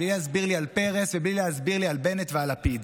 בלי להסביר לי על פרס ובלי להסביר לי על בנט ועל לפיד.